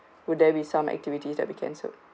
would there be some activities that'll be cancelled